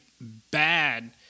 bad